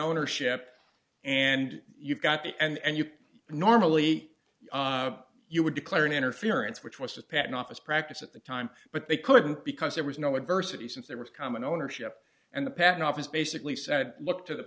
ownership and you've got the and you normally you would declare an interference which was the patent office practice at the time but they couldn't because there was no adversity since there was common ownership and the patent office basically said look to the